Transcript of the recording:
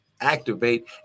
activate